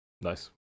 Nice